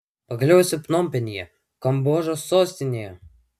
pagaliau esu pnompenyje kambodžos sostinėje